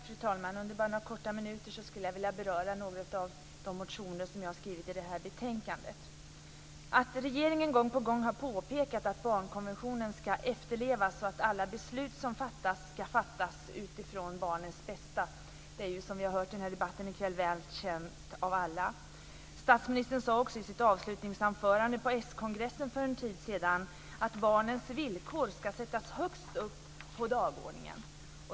Fru talman! Under några korta minuter skulle jag vilja beröra några av de motioner som jag har skrivit i det här betänkandet. Att regeringen gång på gång har påpekat att barnkonventionen ska efterlevas och att alla beslut som fattas ska fattas utifrån barnets bästa är, som vi har hört i debatten i kväll, väl känt av alla. Statsministern sade också i sitt avslutningsanförande på s-kongressen för en tid sedan att barnens villkor ska sättas högst upp på dagordningen.